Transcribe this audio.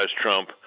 Trump